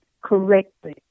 correctly